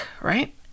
right